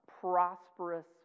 prosperous